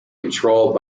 controlled